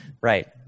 Right